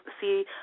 see